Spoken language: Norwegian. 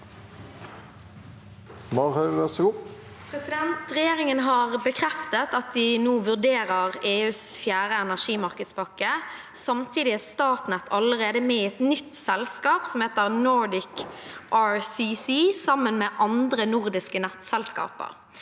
«Regjeringen har be- kreftet at de nå vurderer EUs 4. energimarkedspakke. Samtidig er Statnett allerede med i et nytt selskap som heter Nordic RCC, sammen med andre nordiske nettselskaper.